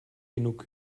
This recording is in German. genug